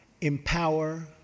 empower